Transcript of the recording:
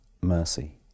mercy